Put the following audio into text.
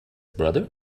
brother